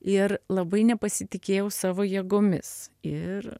ir labai nepasitikėjau savo jėgomis ir